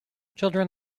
children